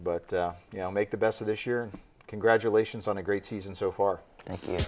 but you know make the best of this year congratulations on a great season so far thank you